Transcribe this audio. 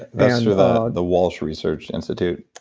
that's through the the walsh research institute?